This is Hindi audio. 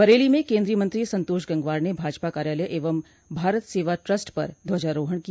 बरेली में केन्द्रीय मंत्री संतोष गंगवार ने भाजपा कार्यालय एवं भारत सेवा ट्रस्ट पर ध्वजारोहण किया